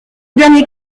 derniers